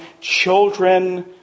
children